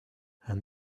and